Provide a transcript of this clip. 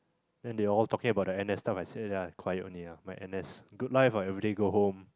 then they all talking about their N_S stuff I sit there I quiet only lah my N_S good life lah everyday go home